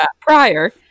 prior